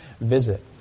visit